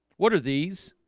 what are these